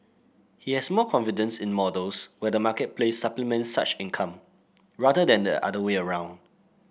he has more confidence in models where the marketplace supplements such income rather than the other way around